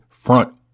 Front